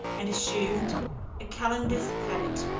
and assumed a calender's habit.